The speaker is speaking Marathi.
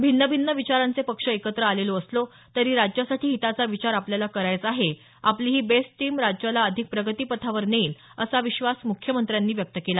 भिन्न भिन्न विचारांचे पक्ष एकत्र आलेलो असलो तरी राज्यासाठी हिताचा विचार आपल्याला करायचा आहे आपली ही बेस्ट टीम राज्याला अधिक प्रगतीपथावर नेईल असा विश्वास मुख्यमंत्र्यांनी व्यक्त केला